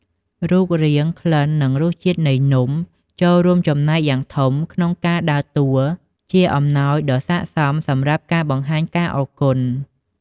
រូបរាង ក្លិន និងរសជាតិនៃនំចូលរួមចំណែកយ៉ាងធំក្នុងការដើរតួជាអំណោយដ៏សាកសមសម្រាប់ការបង្ហាញការអរគុណ។